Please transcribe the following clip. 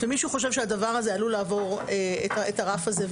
ומישהו חושב שהדבר הזה עלול לעבור את הרף הזה,